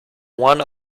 one